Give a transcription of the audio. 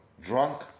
drunk